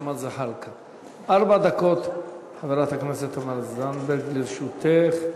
ארבע דקות, חברת הכנסת תמר זנדברג, לרשותך.